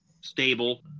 stable